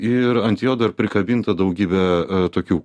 ir ant jo dar prikabinta daugybę tokių